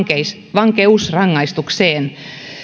vankeusrangaistukseen